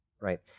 Right